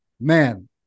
man